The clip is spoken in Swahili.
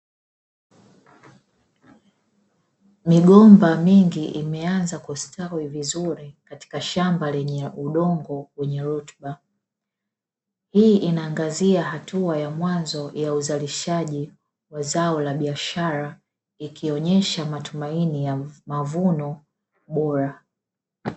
Migomba mingi imeanza kustawi vizuri katika shamba lenye udongo wenye rutuba, hii inaangazia hatua ya mwanzo ya uzalishaji wa zao la biashara ikionyesha matumaini ya mavuno bora.